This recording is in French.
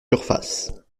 surfaces